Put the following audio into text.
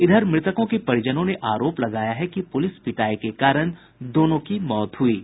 इधर मृतकों के परिजनों ने आरोप लगाया है कि पुलिस पिटायी के कारण दोनों की मौत हुई है